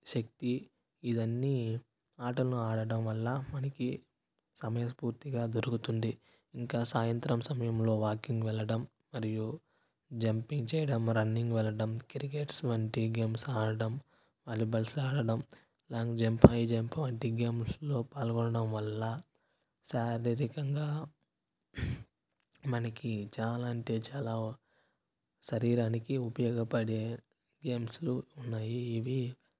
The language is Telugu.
శక్తి ఇవన్నీ ఆటలు ఆడటం వల్ల మనకి సమయస్ఫూర్తిగా దొరుకుతుంది ఇంకా సాయంత్రం సమయంలో వాకింగ్ వెళ్ళడం మరియు జంపింగ్ చేయడం రన్నింగ్ వెళ్ళడం క్రికెట్స్ వంటి గేమ్స్ ఆడడం వాలీబాల్స్ ఆడడం లాంగ్ జంప్ హై జంప్ వంటి గేమ్స్ లో పాల్గొనడం వల్ల శారీరకంగా మనకి చాలా అంటే చాలా శరీరానికి ఉపయోగపడే గేమ్స్లు ఉన్నాయి ఇవి